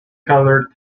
color